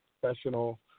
professional